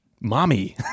mommy